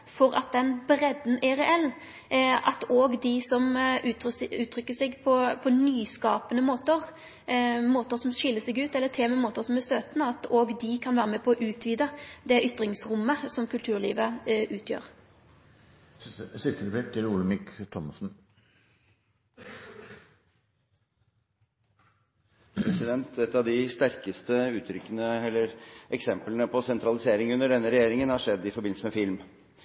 for at den breidda er reell, og at dei som uttrykkjer seg på nyskapande måtar, måtar som skil seg ut, eller til og med måtar som er støytande, òg kan vere med på å utvide det ytringsrommet som kulturlivet utgjer. Et av de sterkeste eksemplene på sentralisering under denne regjeringen har skjedd i forbindelse med film.